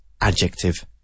adjective